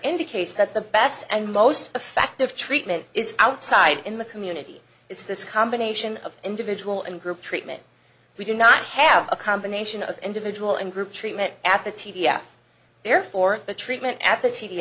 indicates that the best and most effective treatment is outside in the community it's this combination of individual and group treatment we do not have a combination of individual and group treatment at the t v ad therefore the treatment at the t